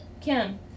Kim